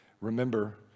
Remember